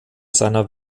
seiner